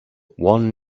one